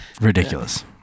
ridiculous